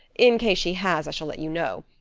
in case she has, i shall let you know.